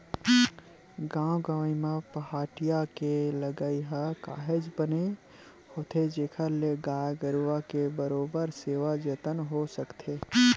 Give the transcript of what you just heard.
गाँव गंवई म पहाटिया के लगई ह काहेच बने होथे जेखर ले गाय गरुवा के बरोबर सेवा जतन हो सकथे